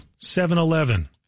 7-Eleven